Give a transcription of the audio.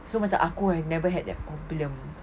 so macam aku I never had that problem